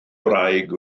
wraig